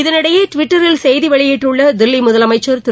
இதனிடையே ட்விட்டரில் செய்தி வெளியிட்டுள்ள தில்லி முதலமைச்ச் திரு